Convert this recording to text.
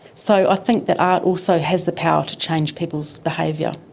so i think that art also has the power to change people's behaviour.